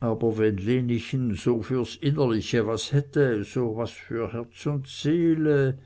aber wenn lenechen so fürs innerliche was hätte so was für herz und seele